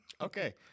Okay